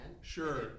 Sure